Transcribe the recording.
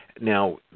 Now